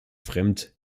fremd